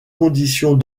conditions